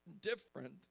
different